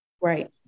Right